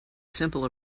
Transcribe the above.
simple